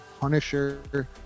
punisher